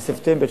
ובספטמבר,